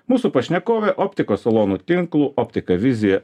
mūsų pašnekovė optikos salonų tinklų optika vizija